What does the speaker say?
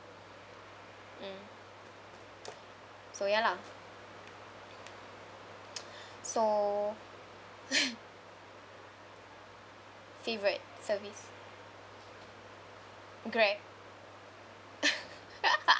mm so ya lah so favorite service Grab